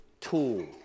tool